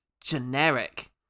generic